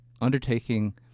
undertaking